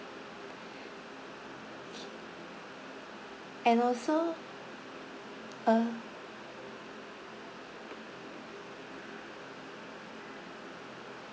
and also uh